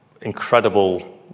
incredible